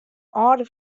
âlde